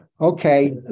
Okay